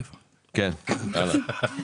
כך הוצג גם בישיבה